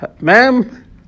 ma'am